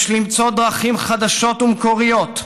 יש למצוא דרכים חדשות ומקוריות,